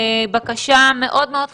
בקשה מאוד מאוד חשובה,